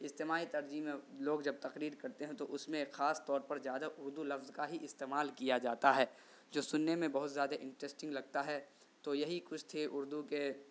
اجتماعی ترجیح میں لوگ جب تقریر کرتے ہیں تو اس میں خاص طور پر زیادہ اردو لفظ کا ہی استعمال کیا جاتا ہے جو سننے میں بہت زیادہ انٹرسٹنگ لگتا ہے تو یہی کچھ تھے اردو کے